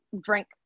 drink